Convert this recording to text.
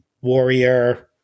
Warrior –